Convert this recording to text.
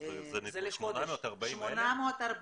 זה לחודש, 840,000